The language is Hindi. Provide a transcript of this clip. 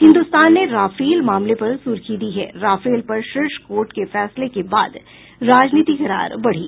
हिन्दुस्तान ने राफेल मामले पर सुर्खी दी है राफेल पर शीर्ष कोर्ट के फैसले के बाद राजनीतिक रार बढ़ी